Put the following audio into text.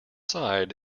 sighed